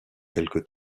quelque